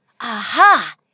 Aha